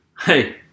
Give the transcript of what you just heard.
hey